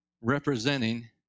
representing